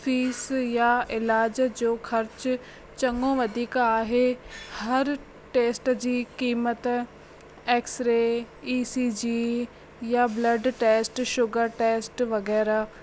fees या इलाज जो ख़र्चु चङो वधीक आहे हरु टेस्ट जी क़ीमत X ray E C G या ब्लड टेस्ट शुगर टेस्ट वगै़रह